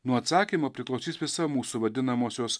nuo atsakymo priklausys visa mūsų vadinamosios